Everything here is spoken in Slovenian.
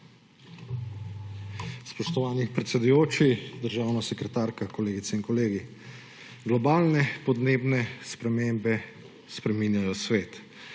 Spoštovani predsedujoči, spoštovana državna sekretarka, kolegice in kolegi! Globalne podnebne spremembe spreminjajo svet.